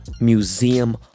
Museum